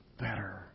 better